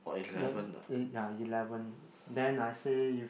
y~ ya eleven then I say if